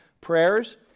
prayers